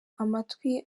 amatwi